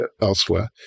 elsewhere